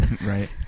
Right